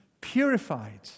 purified